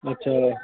अच्छा